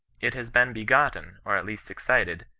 it has been begotten, or at least excited,